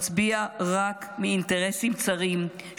מצביע רק מאינטרסים צרים,